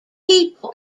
people